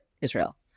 Israel